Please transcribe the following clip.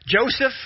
Joseph